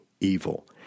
evil